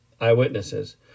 eyewitnesses